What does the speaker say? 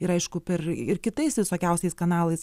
ir aišku per ir kitais visokiausiais kanalais